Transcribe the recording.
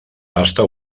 pasta